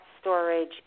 storage